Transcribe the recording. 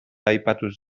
aipatuz